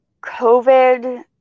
COVID